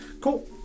Cool